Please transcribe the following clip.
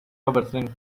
overthink